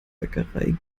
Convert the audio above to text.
bäckerei